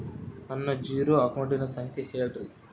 ನನ್ನ ಜೇರೊ ಅಕೌಂಟಿನ ಸಂಖ್ಯೆ ಹೇಳ್ರಿ?